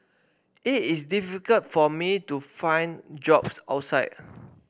it is difficult for me to find jobs outside